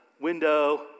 window